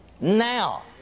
Now